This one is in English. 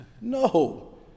No